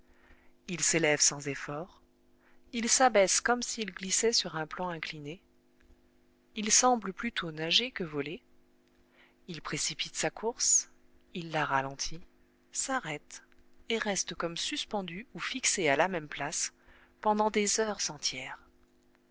il s'élève sans effort il s'abaisse comme s'il glissait sur un plan incliné il semble plutôt nager que voler il précipite sa course il la ralentit s'arrête et reste comme suspendu ou fixé à la même place pendant des heures entières